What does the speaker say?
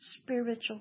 spiritual